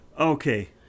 Okay